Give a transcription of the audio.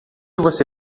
você